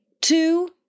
two